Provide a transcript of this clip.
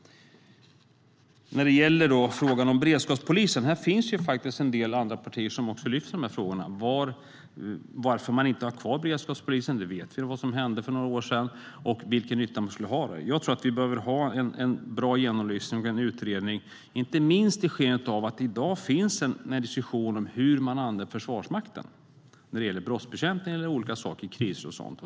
När det gäller beredskapspolisen finns det en del andra partier som lyfter upp frågorna om varför man inte har kvar beredskapspolisen - vi vet vad som hände för några år sedan - och vilken nytta man skulle ha av den. Jag tror att vi behöver en bra genomlysning och utredning, inte minst i skenet av att det i dag finns en diskussion om hur man använder Försvarsmakten när det gäller brottsbekämpning, kriser och sådant.